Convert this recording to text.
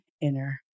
inner